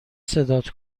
صدات